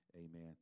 Amen